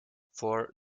for